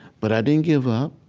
but i didn't give up.